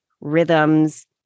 rhythms